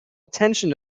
attention